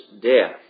death